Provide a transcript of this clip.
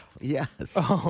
Yes